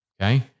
Okay